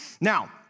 Now